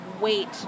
wait